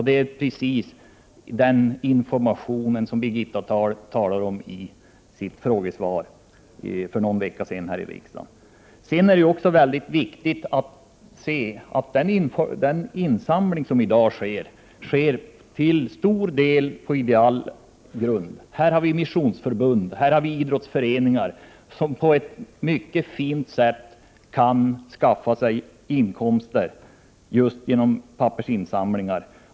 Det är just de informationsinsatser som behövs som Birgitta Dahl tog upp i en frågedebatt här i riksdagen för någon vecka sedan. Det är också viktigt att notera att insamlingen i dag till stor del sker på ideell grund. Vi har här missionsförbund och idrottsföreningar som på ett mycket fint sätt kan skaffa sig inkomster just genom pappersinsamlingar.